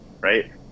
right